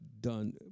done